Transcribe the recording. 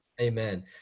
Amen